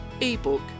ebook